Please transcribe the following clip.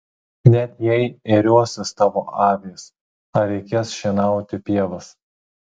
net jei ėriuosis tavo avys ar reikės šienauti pievas